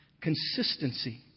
Consistency